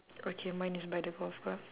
okay mine is by the golf club